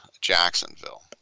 Jacksonville